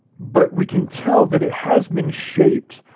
but we can tell that it has been shaped,